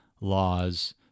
laws